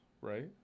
right